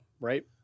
Right